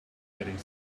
getting